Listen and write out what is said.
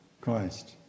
Christ